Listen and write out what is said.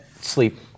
Sleep